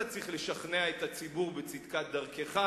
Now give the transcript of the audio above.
אתה צריך לשכנע את הציבור בצדקת דרכך.